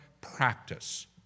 practice